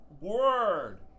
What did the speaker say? word